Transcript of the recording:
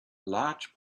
large